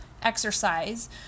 exercise